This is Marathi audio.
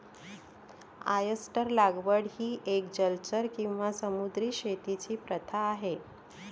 ऑयस्टर लागवड ही एक जलचर किंवा समुद्री शेतीची प्रथा आहे